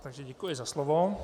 Takže děkuji za slovo.